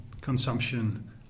consumption